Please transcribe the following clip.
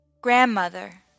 Grandmother